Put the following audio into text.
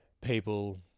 people